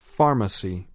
Pharmacy